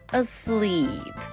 asleep